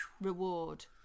reward